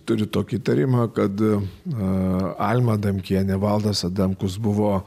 turiu tokį įtarimą kad a alma adamkienė valdas adamkus buvo